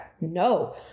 No